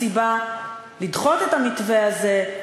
הסיבה לדחות את המתווה הזה,